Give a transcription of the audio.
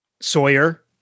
Sawyer